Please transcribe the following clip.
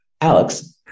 Alex